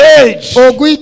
age